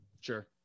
Sure